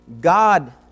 God